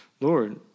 Lord